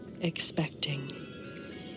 expecting